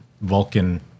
Vulcan